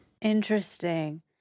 Interesting